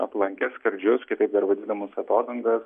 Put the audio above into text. aplankęs skardžius kitaip dar vadinamus atodangas